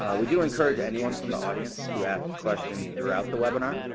we do encourage anyone from the audience to ask questions throughout the webinar.